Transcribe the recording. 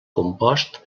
compost